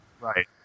Right